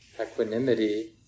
equanimity